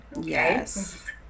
Yes